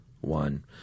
one